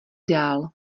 dál